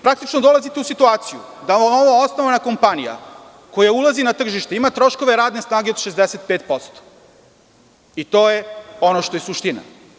Praktično, dolazite u situaciju da ova novoosnovana kompanija, koja ulazi na tržište, ima troškove radne snage od 65%, i to je ono što je suština.